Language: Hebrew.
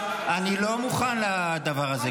אני לא מוכן לדבר הזה.